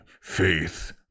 Faith